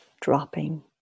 dropping